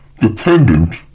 dependent